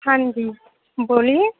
ہاں جی بولیے